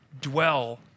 dwell